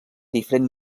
diferent